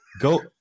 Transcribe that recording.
go